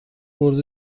برد